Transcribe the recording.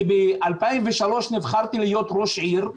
כי ב-2003 נבחרתי להיות ראש עיר,